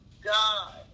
God